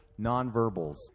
nonverbals